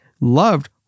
loved